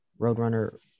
Roadrunner